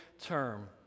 term